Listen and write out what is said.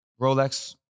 rolex